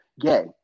gay